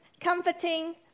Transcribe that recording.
comforting